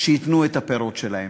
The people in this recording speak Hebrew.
שייתנו את הפירות שלהם.